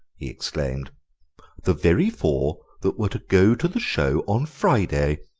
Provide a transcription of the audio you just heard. he exclaimed the very four that were to go to the show on friday.